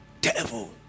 Devil